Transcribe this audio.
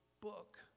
book